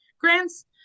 grants